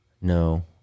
No